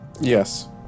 Yes